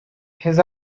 his